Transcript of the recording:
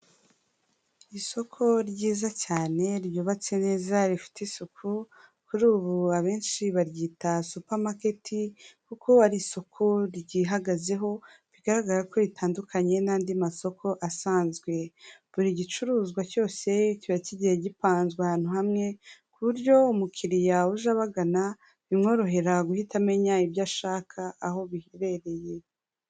Isoko ryiza cyane ryubatse neza rifite isuku kuri ubu abenshi baryita supermarket kuko ari isoko ryihagazeho bigaragara ko ritandukanye n'andi masoko asanzwe buri gicuruzwa cyose kiba kigiye gipanzwe ahantu hamwe ku buryo umukiriya uja abagana bimworohera guhita amenya ibyo ashaka aho biherereye.